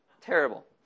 Terrible